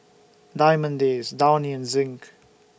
Diamond Days Downy and Zinc